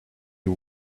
you